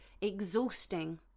exhausting